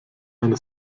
eine